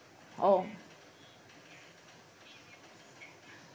oh